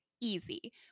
easy